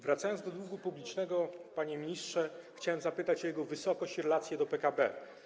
Wracając do długu publicznego, panie ministrze, chciałbym zapytać o jego wysokość i relację do PKB.